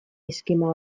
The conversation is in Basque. eskema